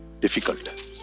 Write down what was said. difficult